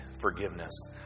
forgiveness